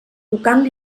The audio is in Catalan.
tocant